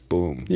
Boom